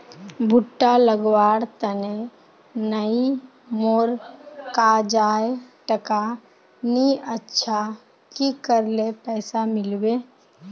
भुट्टा लगवार तने नई मोर काजाए टका नि अच्छा की करले पैसा मिलबे?